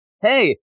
Hey